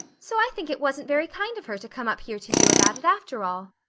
so i think it wasn't very kind of her to come up here to you about it after all.